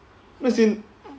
as in